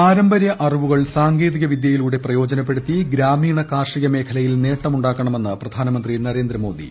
പാരമ്പര്യ അറിവുകൾ സാങ്കേതിക പ്രയോജനപ്പെടുത്തി ഗ്രാമീണ കാർഷിക മേഖലയിൽ നേട്ടമുണ്ടാക്കണമെന്ന് പ്രധാനമന്ത്രി നരേന്ദ്രമോദി